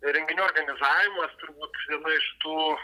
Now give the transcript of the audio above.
renginių organizavimas turbūt viena iš tų